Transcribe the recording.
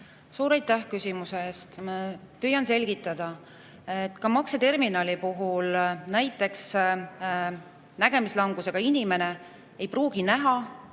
Suur aitäh küsimuse eest! Püüan selgitada. Ka makseterminali puhul näiteks nägemislangusega inimene ei pruugi näha